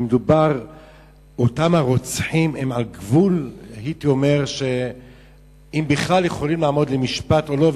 כי אותם הרוצחים הם על גבול שהם בכלל יכולים לעמוד למשפט או לא,